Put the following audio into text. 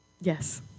Yes